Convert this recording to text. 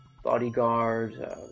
bodyguard